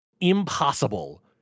impossible